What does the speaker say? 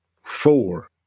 Four